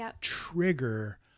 trigger